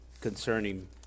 concerning